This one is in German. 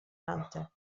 nannte